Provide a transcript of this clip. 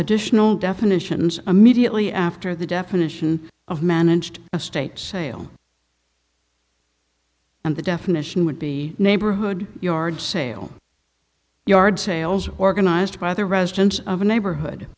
additional definitions immediately after the definition of managed a state sale and the definition would be neighborhood yard sale yard sales organized by the residents of a neighborhood